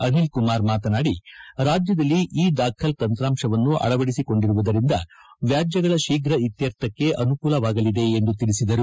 ಅನಿಲ್ ಕುಮಾರ್ ಮಾತನಾಡಿ ರಾಜ್ಯದಲ್ಲಿ ಇ ದಾಖಿಲ್ ತಂತ್ರಾಶವನ್ನು ಅಳವಡಿಸಿಕೊಂಡಿರುವುದರಿಂದ ವ್ಯಾಜ್ಯಗಳ ಶೀಘ್ರ ಇತ್ಯರ್ಥಕ್ಕೆ ಅನುಕೂಲವಾಗಲಿದೆ ಎಂದು ತಿಳಿಸಿದರು